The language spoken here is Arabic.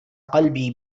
قلبي